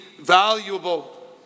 valuable